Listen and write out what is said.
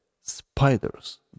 spiders